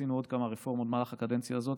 עשינו עוד כמה רפורמות במהלך הקדנציה הזאת.